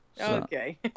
Okay